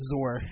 Zor